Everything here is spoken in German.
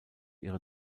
ihre